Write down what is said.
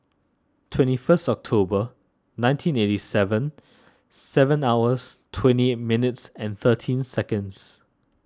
twenty first October nineteen eighty seven seven hours twenty eight minutes and thirteen seconds